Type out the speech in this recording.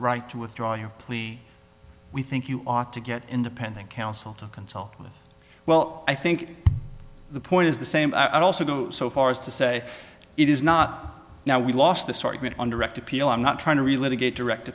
right to withdraw your plea we think you ought to get independent counsel to consult with well i think the point is the same i'd also go so far as to say it is not now we lost this argument on direct appeal i'm not trying to relay to get direct